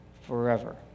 forever